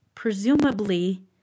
presumably